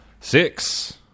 Six